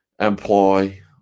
employ